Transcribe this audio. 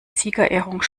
siegerehrung